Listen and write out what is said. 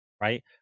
right